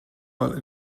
mal